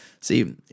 See